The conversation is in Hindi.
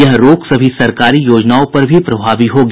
यह रोक सभी सरकारी योजनाओं पर भी प्रभावी होगी